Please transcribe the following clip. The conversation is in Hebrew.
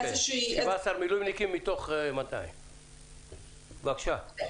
כן, 17 מילואימניקים מתוך 200. בבקשה.